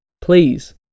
please